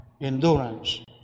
endurance